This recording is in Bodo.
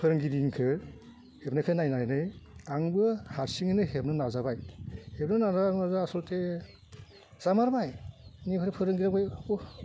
फोरोंगिरिनिखौ हेबनायखौ नायनानै आंबो हारसिङैनो हेबनो नाजाबाय हेबनो नाजा नाजा असलथे जामारबाय बिनिफ्राय फोरोंगिरियाबो